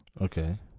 Okay